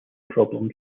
problems